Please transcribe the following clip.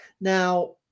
Now